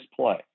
play